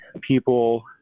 people